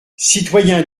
citoyens